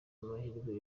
amahirwe